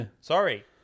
sorry